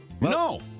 No